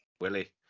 Willie